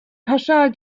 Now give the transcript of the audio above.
paschal